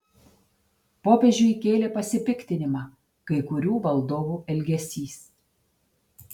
popiežiui kėlė pasipiktinimą kai kurių valdovų elgesys